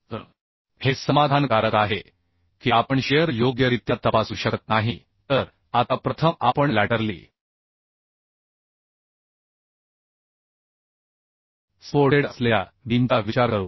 तर हे समाधानकारक आहे की आपण शिअर योग्यरित्या तपासू शकत नाही तर आता प्रथम आपण लॅटरली सपोर्टेड असलेल्या बीमचा विचार करू